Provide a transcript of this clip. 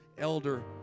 Elder